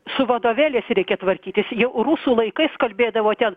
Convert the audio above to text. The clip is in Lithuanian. su vadovėliais reikia tvarkytis jau rusų laikais kalbėdavo ten